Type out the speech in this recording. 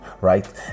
right